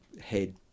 head